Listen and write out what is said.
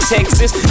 Texas